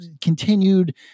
continued